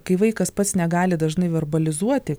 kai vaikas pats negali dažnai verbalizuoti